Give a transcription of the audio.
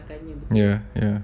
ya ya